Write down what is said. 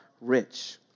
rich